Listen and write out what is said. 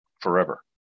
forever